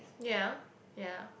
ya ya